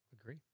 Agree